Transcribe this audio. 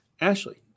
Ashley